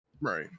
Right